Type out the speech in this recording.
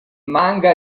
manga